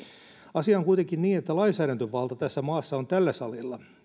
asia on kuitenkin niin että lainsäädäntövalta tässä maassa on tällä salilla